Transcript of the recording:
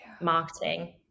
marketing